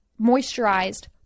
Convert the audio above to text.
moisturized